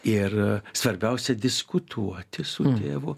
ir svarbiausia diskutuoti su tėvu